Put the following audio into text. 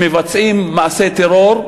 הם מבצעים מעשי טרור,